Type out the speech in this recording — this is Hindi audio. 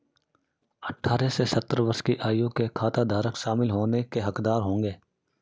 अठारह से सत्तर वर्ष की आयु के खाताधारक शामिल होने के हकदार होंगे